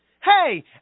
Hey